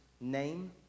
name